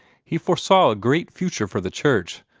he foresaw a great future for the church,